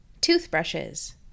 toothbrushes